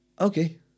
Okay